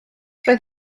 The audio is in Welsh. roedd